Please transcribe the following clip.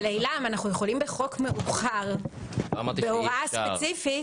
אבל אנחנו יכולים בחוק מאוחר, בהוראה ספציפית.